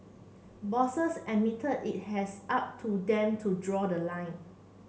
bosses admitted it has up to them to draw the line